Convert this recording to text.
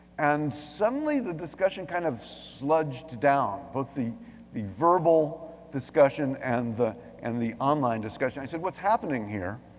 and suddenly the discussion kind of sludged down, down, both the the verbal discussion and the and the online discussion. i said, what's happening here?